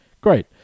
Great